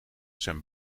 zijn